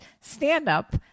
stand-up